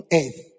earth